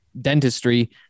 dentistry